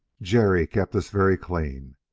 jerry kept us very clean,